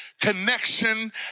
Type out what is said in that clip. connection